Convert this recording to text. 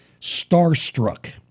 starstruck